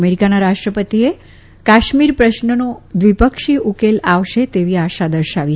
અમેરીકાના રાષ્ટ્રપતિએ કાશ્મીર પ્રશ્નનો દ્વિપક્ષી ઉકેલ આવશે તેવી આશા દર્શાવી